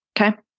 Okay